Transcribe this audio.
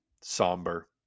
somber